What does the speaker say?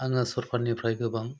आङो सरकारनिफ्राय गोबां